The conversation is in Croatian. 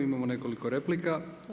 Imamo nekoliko replika.